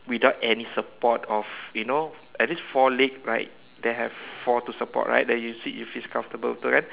without any support of you know at least four leg right they have four to support right that you sit you feel comfortable betulkan